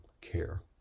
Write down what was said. care